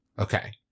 Okay